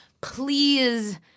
please